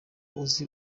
uzi